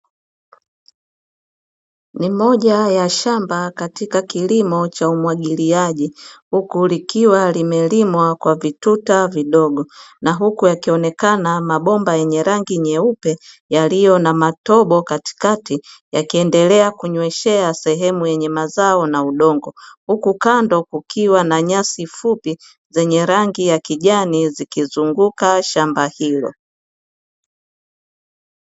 Ni moja ya shamba katika kilimo cha umwagiliaji, huku likiwa limelimwa kwa vituta vidogo, na huku yakionekana mabomba yenye rangi nyeupe yaliyo na matobo katikati, yakiendelea kunyweshea sehemu yenye mazao na udongo, huku kando kukiwa na nyasi fupi, zenye rangi ya kijani zikizunguka shamba hilo.